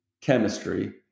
chemistry